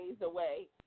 away